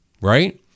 right